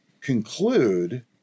conclude